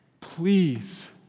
please